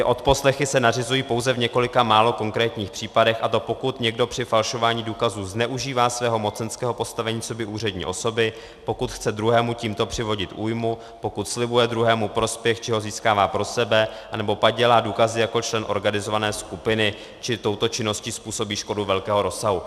Odposlechy se nařizují pouze v několika málo konkrétních případech, a to pokud někdo při falšování důkazů zneužívá svého mocenského postavení coby úřední osoby, pokud chce druhému tímto přivodit újmu, pokud slibuje druhému prospěch či ho získává pro sebe, anebo padělá důkazy jako člen organizované skupiny, či touto činností způsobí škodu velkého rozsahu.